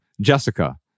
Jessica